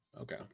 okay